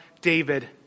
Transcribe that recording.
David